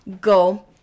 go